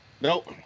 Nope